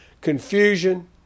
confusion